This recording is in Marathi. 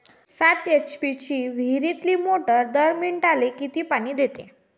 सात एच.पी ची विहिरीतली मोटार दर मिनटाले किती पानी देते?